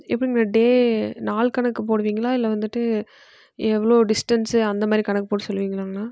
எப்படிங்கண்ணா டே நாள் கணக்கு போடுவீங்களா இல்லை வந்துட்டு எவ்வளோ டிஸ்டன்ஸு அந்த மாதிரி கணக்கு போட்டு சொல்லுவீங்களாண்ணா